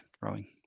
rowing